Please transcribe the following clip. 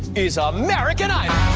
is ah american idol.